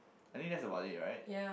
I think that's about it right